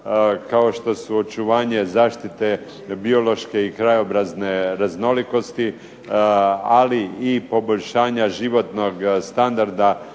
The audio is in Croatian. kao što su očuvanje zaštite biološke i krajobrazne raznolikosti, ali i poboljšanja životnog standarda